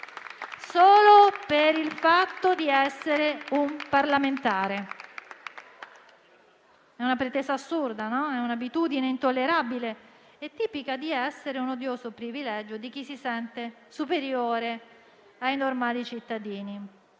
solo per il fatto di essere un parlamentare. È una pretesa assurda e un'abitudine intollerabile, tipica di quell'odioso privilegio di chi si sente superiore ai normali cittadini.